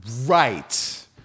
Right